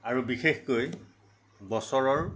আৰু বিশেষকৈ বছৰৰ